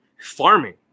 Farming